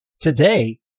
Today